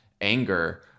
anger